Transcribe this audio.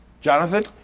Jonathan